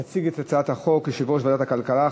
יציג את הצעת החוק יושב-ראש ועדת הכלכלה,